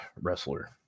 wrestler